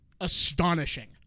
astonishing